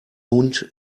hund